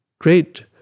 Great